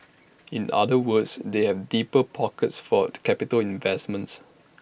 in other words they have deeper pockets fort capital investments